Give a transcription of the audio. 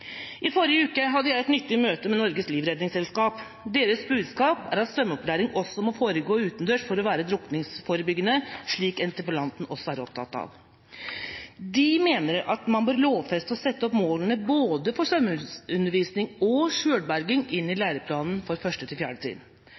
I forrige uke hadde jeg et nyttig møte med Norges Livredningsselskap. Deres budskap er at svømmeopplæring også må foregå utendørs for å være drukningsforebyggende, slik interpellanten også er opptatt av. De mener at man bør lovfeste og sette målene for både svømmeundervisning og selvberging inn i læreplanen for 1. til 4. trinn.